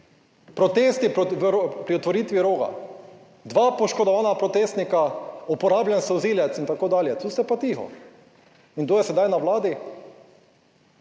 proti pri otvoritvi Roga, dva poškodovana protestnika, uporabljen solzivec, itd. tu ste pa tiho. In kdo je sedaj na Vladi?